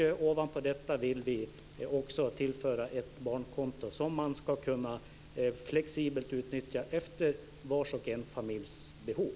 Ovanpå detta vill vi också tillföra ett barnkonto som familjer flexibelt ska kunna utnyttja efter var och ens behov.